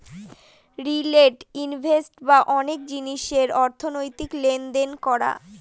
retail ইনভেস্ট রা অনেক জিনিসের অর্থনৈতিক লেনদেন করা